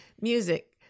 music